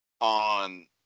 on